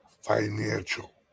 financial